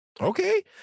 Okay